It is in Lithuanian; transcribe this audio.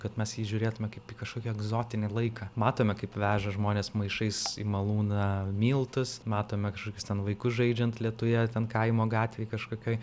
kad mes į jį žiūrėtume kaip į kažkokį egzotinį laiką matome kaip veža žmones maišais į malūną miltus matome kažkokius ten vaikus žaidžiant lietuje ten kaimo gatvėj kažkokioj